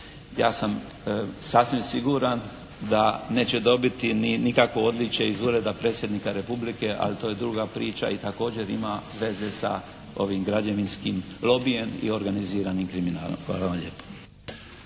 Ja sam sasvim siguran da neće dobiti ni nikakvo odličje iz Ureda Predsjednika Republike ali to je druga priča. I također ima veze sa ovim građevinskim lobijem i organiziranim kriminalom. Hvala vam lijepo.